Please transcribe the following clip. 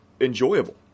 enjoyable